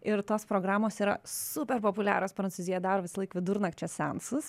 ir tos programos yra super populiarios prancūzijoj daro visąlaik vidurnakčio seansus